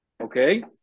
Okay